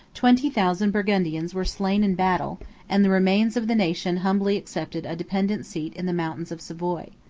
twenty thousand burgundians were slain in battle and the remains of the nation humbly accepted a dependent seat in the mountains of savoy.